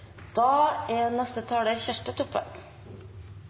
Da har representanten Kjersti Toppe